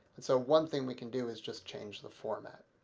and so one thing we can do is just change the format.